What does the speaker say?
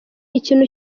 ikintu